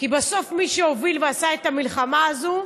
כי בסוף מי שהוביל ועשה את המלחמה הזאת,